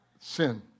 Sin